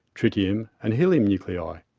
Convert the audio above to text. tritium and helium nuclei.